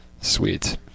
Sweet